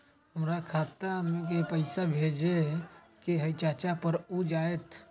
हमरा खाता के पईसा भेजेए के हई चाचा पर ऊ जाएत?